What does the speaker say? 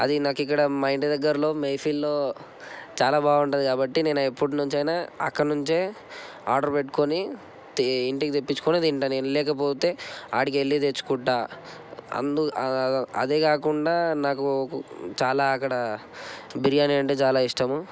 అది నాకి ఇక్కడ మా ఇంటి దగ్గరలో మెహఫిల్లో చాలా బాగుంటది కాబట్టి నేను ఎప్పటినుంచైనా అక్కడినుంచే ఆర్డర్ పెట్టుకుని ఇంటికి తెప్పించుకొని తింటా నేను లేకపోతే ఆడికెళ్ళి తెచ్చుకుంటా అదే కాకుండా నాకు చాలా అక్కడ బిర్యానీ అంటే చాలా ఇష్టం